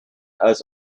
als